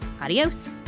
adios